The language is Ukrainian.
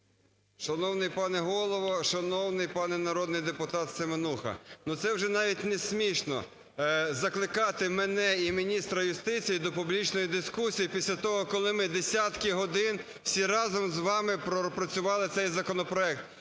Шановний пане Голово, шановний пане народний депутат Семенуха, ну, це вже навіть несмішно закликати мене і міністра юстиції до публічної дискусії після того, коли ми десятки годин всі разом з вами пропрацювали цей законопроект.